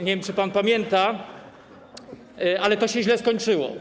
Nie wiem, czy pan pamięta, ale to się źle skończyło.